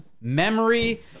memory